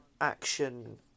action